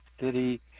City